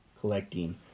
collecting